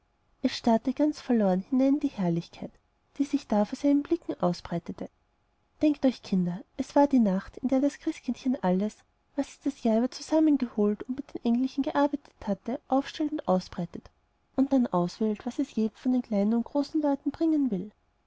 es starrte ganz verloren hinein in die herrlichkeit die sich da vor seinen blicken ausbreitete denkt euch kinder das war die nacht in der das christkindchen alles was es das jahr über zusammengeholt und mit den engelchen gearbeitet hat aufstellt und ausbreitet und dann auswählt was es jedem von den kleinen und großen leuten bringen will